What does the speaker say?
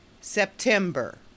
September